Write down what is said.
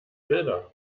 bilder